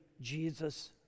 Jesus